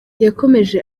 yakomeje